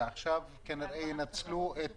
ועכשיו כנראה ינצלו את